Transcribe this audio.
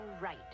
right